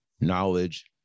knowledge